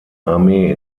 armee